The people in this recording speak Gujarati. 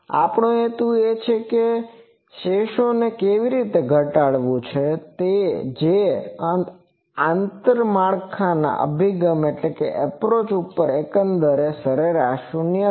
આપનો હેતુ એ છે કે શેષોને એવી રીતે ઘટાડવું છે કે જે આંતર માળખાના અભિગમ ઉપર એકંદરે સરેરાશ શૂન્ય થાય